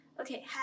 Okay